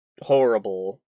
horrible